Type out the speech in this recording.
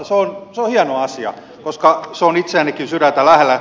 se on hieno asia koska se on itsellänikin sydäntä lähellä